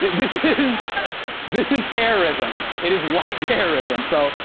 this is this is terrorism. it is white terrorism. so,